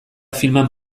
filman